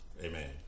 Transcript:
Amen